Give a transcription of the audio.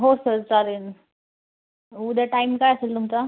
हो सर चालेल उद्या टाईम काय असेल तुमचा